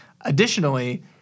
Additionally